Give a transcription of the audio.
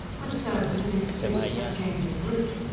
would serve as an excuse for a change of route.